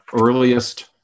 earliest